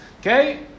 Okay